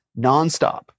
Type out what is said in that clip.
nonstop